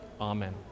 Amen